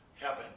Heaven